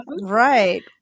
Right